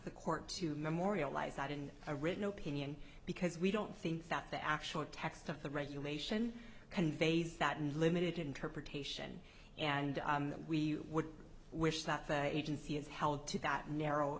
the court to memorialize that in a written opinion because we don't think that the actual text of the regulation conveys that unlimited interpretation and that we would wish that the agency is held to that narrow